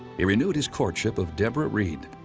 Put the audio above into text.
he renewed his courtship of deborah reed.